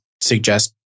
suggest